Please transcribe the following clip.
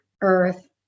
Earth